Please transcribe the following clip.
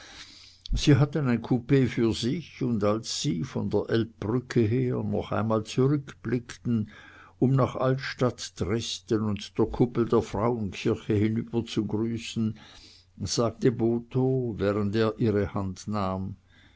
sie hatten ein kupee für sich und als sie von der elbbrücke her noch einmal zurückblickten um nach altstadt dresden und der kuppel der frauenkirche hinüberzugrüßen sagte botho während er ihre hand nahm